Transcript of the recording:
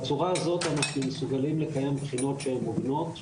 בצורה הזאת אנחנו מסוגלים לקיים בחינות שהן הוגנות,